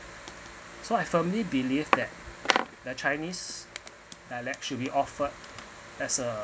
so I firmly believe that the chinese dialects should be offered as a